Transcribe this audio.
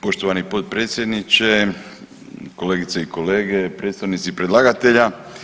Poštovani potpredsjedniče, kolegice i kolege, predstavnici predlagatelja.